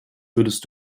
würdest